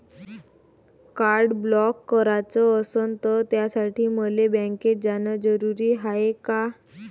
Card block कराच असनं त त्यासाठी मले बँकेत जानं जरुरी हाय का?